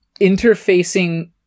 interfacing